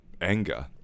anger